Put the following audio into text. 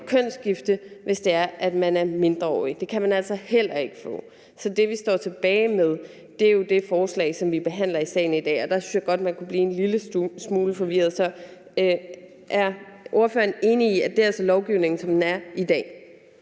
kønsskifte, hvis det er, at man er mindreårig. Det kan man altså heller ikke få. Så det, vi står tilbage med, er jo det forslag, som vi behandler i salen i dag, og der synes jeg godt, man kunne blive en lille smule forvirret. Så er ordføreren enig i, at det altså er lovgivningen, som den er i dag?